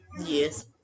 Yes